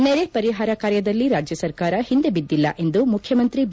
ನೆರೆ ಪರಿಹಾರ ಕಾರ್ಯದಲ್ಲಿ ರಾಜ್ಯ ಸರ್ಕಾರ ಹಿಂದೆ ಬಿದ್ದಿಲ್ಲ ಎಂದು ಮುಖ್ಯಮಂತ್ರಿ ಬಿ